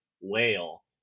whale